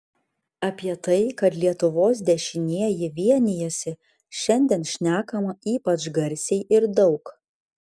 apie tai kad lietuvos dešinieji vienijasi šiandien šnekama ypač garsiai ir daug